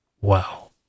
Wow